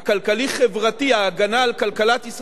ההגנה על כלכלת ישראל ועל אזרחי ישראל